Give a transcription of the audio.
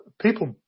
people